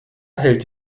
hält